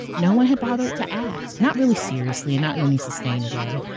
no one had bothered to ask. not really seriously, and not in any sustained way,